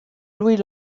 louis